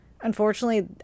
Unfortunately